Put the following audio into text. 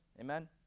Amen